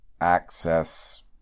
access